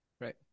Right